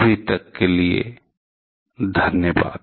अभी के लिए धन्यवाद